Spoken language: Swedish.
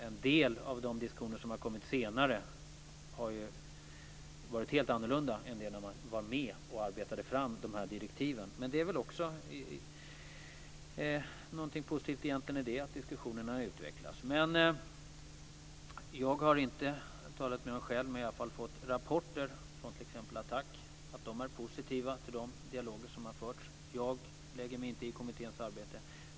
En del av de diskussioner som har kommit senare har ju varit helt annorlunda än när man var med och arbetade fram direktiven. Men det är väl egentligen också något positivt i att diskussionerna har utvecklats. Jag har fått rapporter från t.ex. ATTAC - jag har inte talat med dem själv - att de är positiva till de dialoger som har förts. Jag lägger mig inte i kommitténs arbete.